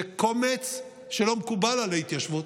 זה קומץ שלא מקובל על ההתיישבות,